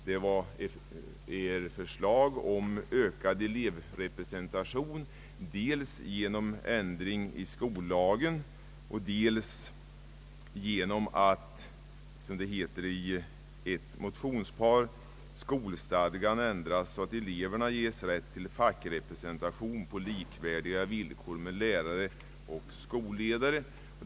Motionerna innehåller förslag om ökad elevrepresentation, dels genom ändring i skollagen, dels genom att, som det heter i ett motionspar, skolstadgan ändras så att eleverna ges rätt till fackrepresentation på likvärdiga villkor som lärare och skolledare.